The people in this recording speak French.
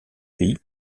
pays